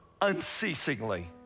unceasingly